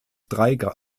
drei